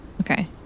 Okay